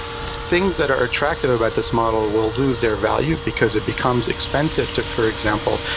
things that are attractive about this model will lose their value because it becomes expensive to, for example,